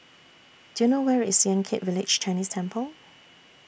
Do YOU know Where IS Yan Kit Village Chinese Temple